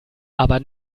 aber